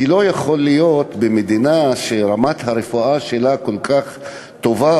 כי לא יכול להיות במדינה שרמת הרפואה שלה כל כך טובה,